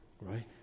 Right